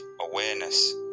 awareness